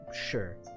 Sure